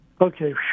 Okay